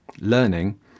learning